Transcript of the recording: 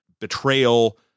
betrayal